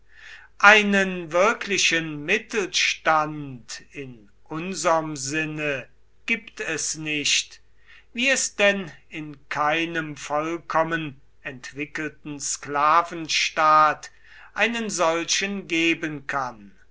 einen wirklichen mittelstand in unserm sinne gibt es nicht wie es denn in keinem vollkommen entwickelten sklavenstaat einen solchen geben kann